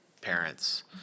parents